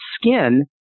skin